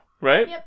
right